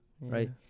right